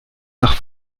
nach